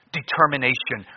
determination